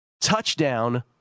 Touchdown